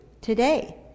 today